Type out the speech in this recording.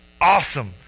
awesome